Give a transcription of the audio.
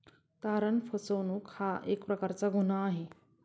तारण फसवणूक हा एक प्रकारचा गुन्हा आहे